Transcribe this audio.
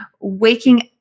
Waking